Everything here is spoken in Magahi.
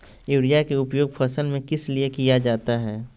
युरिया के उपयोग फसल में किस लिए किया जाता है?